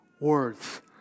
words